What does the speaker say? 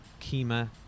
Kima